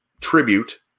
tribute